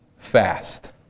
Fast